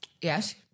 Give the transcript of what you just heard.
Yes